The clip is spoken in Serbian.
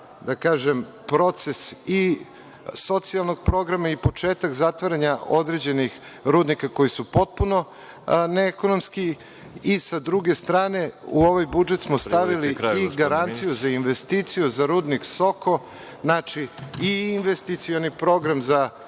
dinara za proces socijalnog programa i početka zatvaranja određenih rudnika koji su potpuno neekonomski. Sa druge strane, u ovaj budžet smo stavili i garanciju za investiciju za rudnik „Soko“ i investicioni program za